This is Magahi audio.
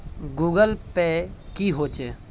गूगल पै की होचे?